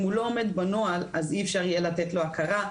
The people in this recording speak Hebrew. אם הוא לא עומד בנוהל אז אי אפשר יהיה לתת לו הכרה,